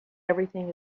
everything